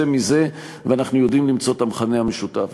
מזה ואנחנו יודעים למצוא את המכנה המשותף.